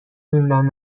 موندن